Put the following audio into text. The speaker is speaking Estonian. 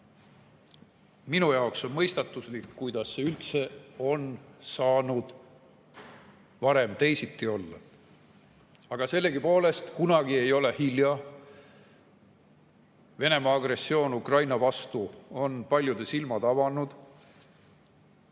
Minu jaoks on mõistatuslik, kuidas see üldse on saanud varem teisiti olla. Aga sellegipoolest, kunagi ei ole hilja. Venemaa agressioon Ukraina vastu on paljude silmad avanud.